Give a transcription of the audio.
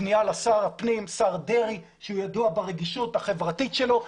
פנייה לשר הפנים השר דרעי שידוע ברגישות החברתית שלו.